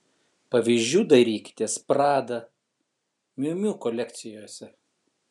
pavyzdžių dairykitės prada miu miu kolekcijose